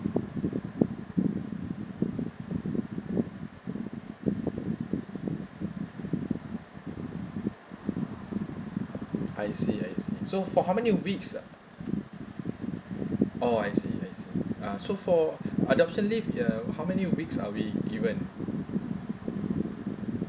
I see I see so for how many weeks are oh I see I see uh so for adoption leave uh how many weeks are we given